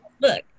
Look